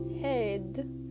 head